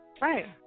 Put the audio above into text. Right